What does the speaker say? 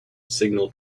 signal